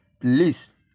Please